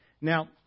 Now